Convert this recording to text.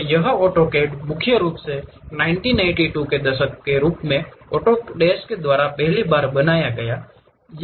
और यह ऑटोकैड मुख्य रूप से 1982 के रूप में ऑटोडेस्क द्वारा पहली बार बनाया गया है